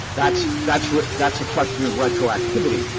that's that's that's a question of retroactivity,